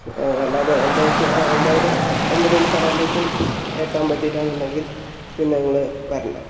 വല്ലാതെ ഒൻപതരയ്ക്ക് ഒൻപതര ഒൻപതേ മുക്കാൽ ആകുമ്പോഴേക്കും എത്താൻ പറ്റിയില്ല എന്നുണ്ടെങ്കിൽ പിന്നെ നിങ്ങൾ വരണ്ട